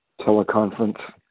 teleconference